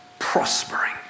prospering